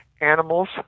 Animals